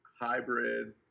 hybrid